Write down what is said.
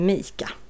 Mika